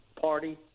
party